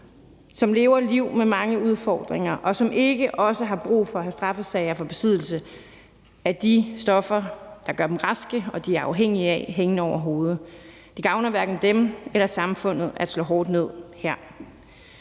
som lever liv med mange udfordringer, og som ikke også har brug for at have straffesager for besiddelse af de stoffer, der gør dem raske, og som de er afhængige af, hængende over hovedet. Det gavner hverken dem eller samfundet at slå hårdt ned her.